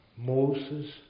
Moses